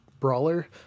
brawler